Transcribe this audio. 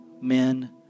men